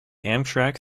amtrak